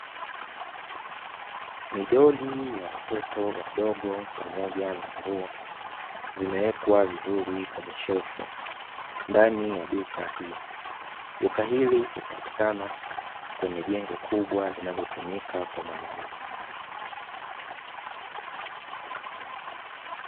Midoli ya watoto wadogo pamoja na nguo vimewekwa vizuri ndani ya shelfu ndani ya duka hili, duka hili hupatikana kwenye jengo kubwa linalotumika kwa manunuzi.